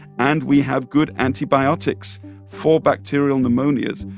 and we have good antibiotics for bacterial pneumonias.